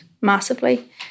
massively